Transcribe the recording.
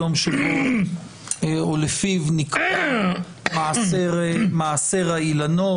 היום שלפיו נקבע מעשר האילנות.